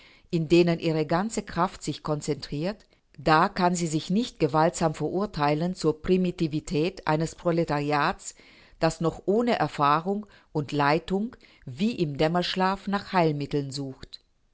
in denen ihre ganze kraft sich konzentriert da kann sie sich nicht gewaltsam verurteilen zur primitivität eines proletariats das noch ohne erfahrung und leitung wie im dämmerschlaf nach heilmitteln sucht